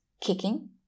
kicking